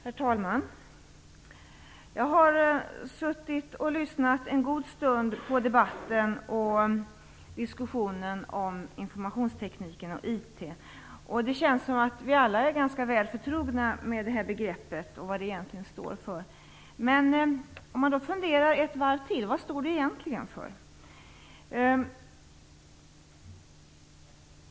Herr talman! Jag har suttit och lyssnat en god stund på debatten och diskussionen om informationstekniken. Det känns som om vi alla är ganska väl förtrogna med begreppet och vad det egentligen står för. Men man kan fundera ett varv till, och tänka efter vad det egentligen står för.